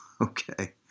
Okay